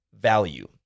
value